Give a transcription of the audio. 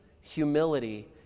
humility